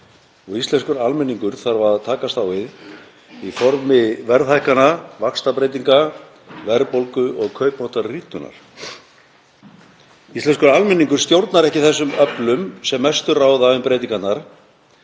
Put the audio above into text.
íslenskur almenningur þarf að takast á við í formi verðhækkana, vaxtabreytinga, verðbólgu og kaupmáttarrýrnunar. Íslenskur almenningur stjórnar ekki þessum öflum sem mestu ráða um breytingarnar